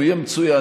יהיה מצוין,